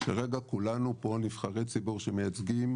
שרגע כולנו פה, נבחרי ציבור שמייצגים